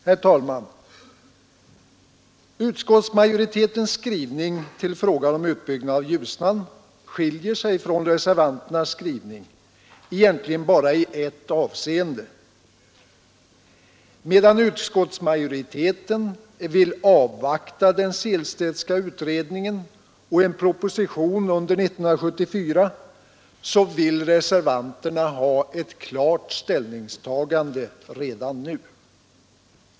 Herr talman! Utskottsmajoritetens skrivning till frågan om utbyggnad av Ljusnan skiljer sig från reservanternas skrivning egentligen bara i ett avseende: medan utskottsmajoriteten vill avvakta den Sehlstedtska utredningen och en proposition under 1974, vill reservanterna ha ett klart ställningstagande redan nu.